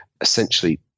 essentially